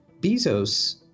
Bezos